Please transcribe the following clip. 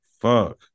Fuck